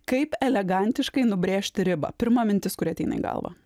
kaip elegantiškai nubrėžti ribą pirma mintis kuri ateina į galvą